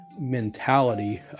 mentality